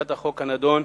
לחקיקת החוק הנדון,